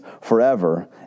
forever